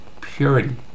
Purity